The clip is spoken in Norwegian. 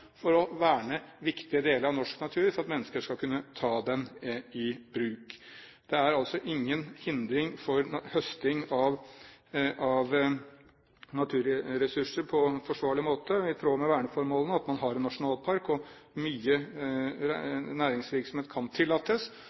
for å verne viktige deler av norsk natur sånn at mennesker skal kunne ta den i bruk. Det er altså ingen hindring for høsting av naturressurser på forsvarlig måte i tråd med verneformålene at man har en nasjonalpark, og mye næringsvirksomhet kan tillates.